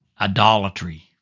idolatry